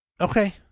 Okay